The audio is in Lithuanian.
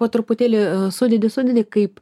po truputėlį sudedi sudedi kaip